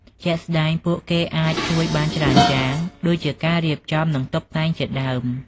ជាក់ស្តែង ពួកគេអាចជួយបានច្រើនយ៉ាង ដូចជាការរៀបចំ និងតុបតែងជាដើម។